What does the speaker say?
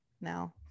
now